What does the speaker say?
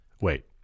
wait